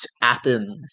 Athens